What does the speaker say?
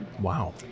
Wow